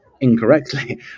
incorrectly